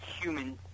human